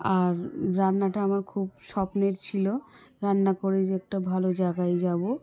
আর রান্নাটা আমার খুব স্বপ্নের ছিলো রান্না করে যে একটা ভালো জাগায় যাবো